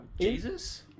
Jesus